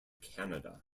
canada